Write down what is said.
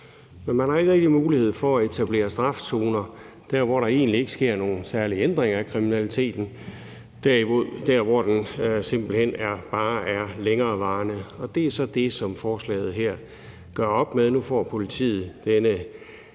Men man har ikke rigtig mulighed for at etablere strafzoner dér, hvor der egentlig ikke sker nogen særlige ændringer i kriminaliteten, altså dér, hvor den simpelt hen bare er længerevarende. Det er så det, som forslaget her gør op med. Nu får politiet denne